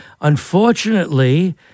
unfortunately-